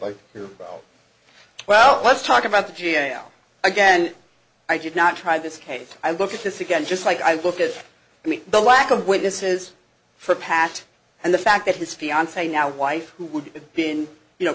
like to go well let's talk about the g a o again i did not try this case i look at this again just like i look at the lack of witnesses for past and the fact that his fiance now wife who would have been you know